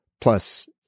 Plus